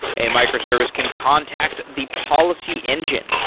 a microservice can contact the policy engine.